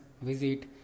visit